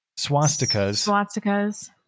Swastikas